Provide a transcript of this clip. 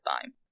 time